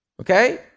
okay